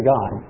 God